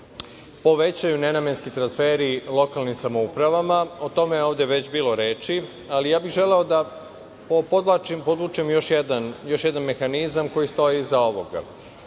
povećaju nenamenski transferi lokalnim samoupravama. O tome je ovde već bilo reči. Ali, želeo bih da podvučem još jedan mehanizam koji stoji iza ovoga. Vlada